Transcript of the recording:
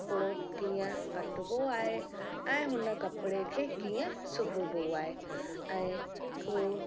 कपिड़ो कीअं कटिबो आहे ऐं हुन कपिड़े खे कीअं सिबिबो आहे ऐं